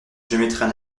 j’émettrais